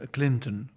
Clinton